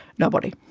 nobody.